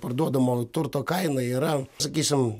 parduodamo turto kaina yra sakysim